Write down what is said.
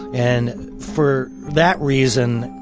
and for that reason,